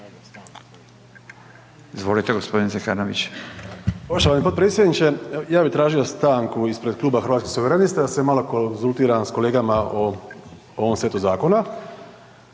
Hrvoje (HRAST)** Poštovani potpredsjedniče, ja bi tražio stanku ispred Kluba Hrvatskih suverenista da se malo konzultiram s kolegama o ovom setu zakona.